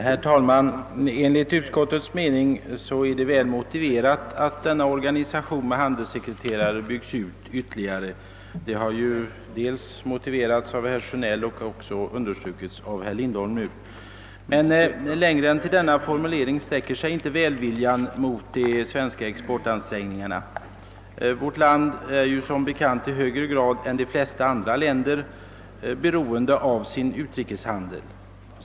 Herr talman! Enligt utskottets mening är det väl motiverat att organisationen med handelssekreterare byggs ut ytterligare. Motiven har understrukits dels av herr Sjönell och dels av herr Lindholm, men längre än så sträcker sig inte välviljan mot de svenska exportansträngningarna. Vårt land är som bekant i högre grad än de flesta andra länder beroende av utrikeshandeln.